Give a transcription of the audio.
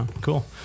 Cool